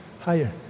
Higher